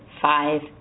five